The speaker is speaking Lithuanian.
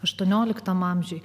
aštuonioliktam amžiuje